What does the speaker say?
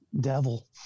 Devil